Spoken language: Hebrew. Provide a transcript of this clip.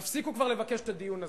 תפסיקו כבר לבקש את הדיון הזה.